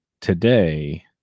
today